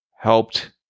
helped